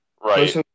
Right